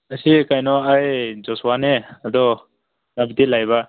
ꯑꯁꯤ ꯀꯩꯅꯣ ꯑꯩ ꯖꯣꯁꯨꯋꯥꯅꯦ ꯑꯗꯣ ꯂꯩꯕ